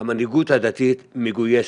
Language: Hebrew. המנהיגות הדתית מגויסת,